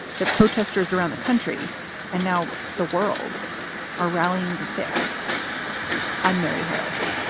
the protesters around the country and now the world are rallying to fix i'm mary harris.